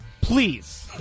Please